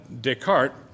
Descartes